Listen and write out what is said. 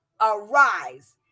arise